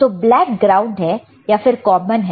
तो black ground है या फिर कॉमन है